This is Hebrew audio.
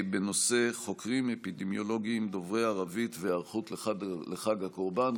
בנושא: חוקרים אפידמיולוגיים דוברי ערבית והיערכות לחג הקורבן.